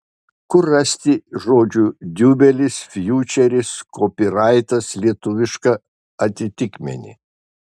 kur rasti žodžių diubelis fjučeris kopyraitas lietuvišką atitikmenį